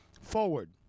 forward